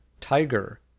tiger